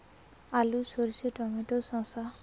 আলু সর্ষে টমেটো শসা